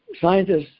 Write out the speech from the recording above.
scientists